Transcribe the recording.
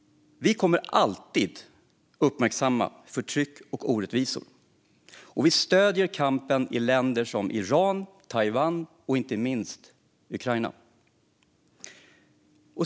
Vi kommer alltid att uppmärksamma förtryck och orättvisor, och vi stöder kampen i länder som Iran, Taiwan och inte minst Ukraina.